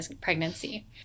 pregnancy